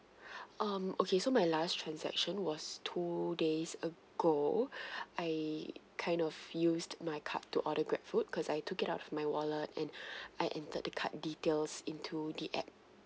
um okay so my last transaction was two days ago I kind of used my card to order grabfood cause I took it out from my wallet and I entered the card details into the app